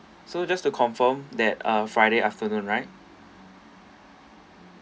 so just to confirm that uh friday afternoon right